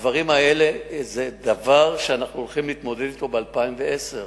עם הדברים האלה אנחנו הולכים להתמודד ב-2010.